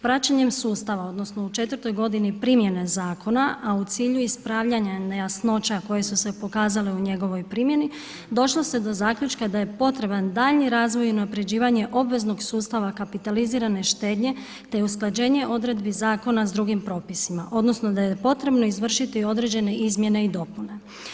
Praćenjem sustava odnosno u četvrtoj godini primjene zakona, a u cilju ispravljanja nejasnoća koje su se pokazale u njegovoj primjeni došlo se do zaključka da je potreban daljnji razvoj i unapređivanje obveznog sustava kapitalizirane štednje te usklađenje odredbi zakona s drugim propisima odnosno da je potrebno izvršiti određene izmjene i dopune.